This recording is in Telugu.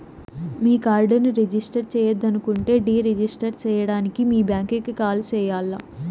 మీ కార్డుని రిజిస్టర్ చెయ్యొద్దనుకుంటే డీ రిజిస్టర్ సేయడానికి మీ బ్యాంకీకి కాల్ సెయ్యాల్ల